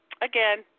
again